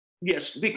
Yes